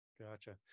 Gotcha